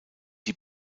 die